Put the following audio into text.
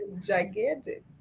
gigantic